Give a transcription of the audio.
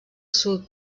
sud